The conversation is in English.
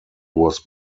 was